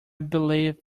believe